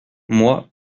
moi